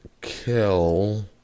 kill